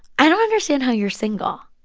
i don't understand how you're single.